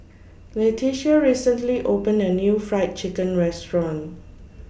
Letitia recently opened A New Fried Chicken Restaurant